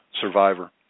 survivor